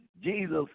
Jesus